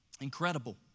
Incredible